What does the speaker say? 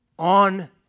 On